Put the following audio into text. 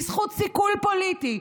בזכות סיכול פוליטי,